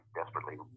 desperately